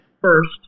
first